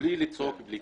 בלי לצעוק.